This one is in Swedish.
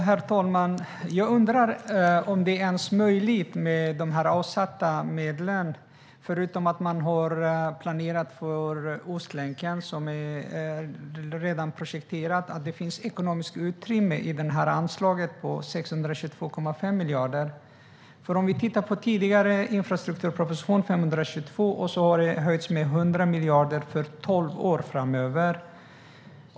Herr talman! Jag undrar om detta ens är möjligt med de avsatta medlen, förutom att man har planerat för Ostlänken, som redan är projekterad. Jag undrar om det finns ekonomiskt utrymme i det här anslaget på 622,5 miljarder. I tidigare infrastrukturproposition var det 522 miljarder, och så har det höjts med 100 miljarder för tolv år framöver.